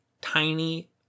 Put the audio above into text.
tiny